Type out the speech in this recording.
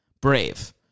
Brave